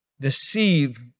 deceive